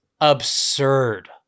absurd